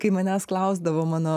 kai manęs klausdavo mano